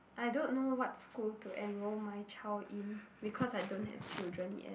I don't know what school to enroll my child in because I don't have children yet